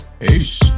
Ace